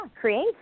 create